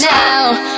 now